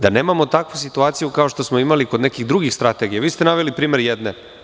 Da nemamo takvu situaciju kao što smo imali kod nekih drugih strategija, vi ste naveli primer jedne.